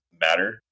matter